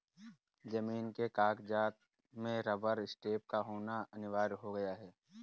जमीन के कागजात में रबर स्टैंप का होना अनिवार्य हो गया है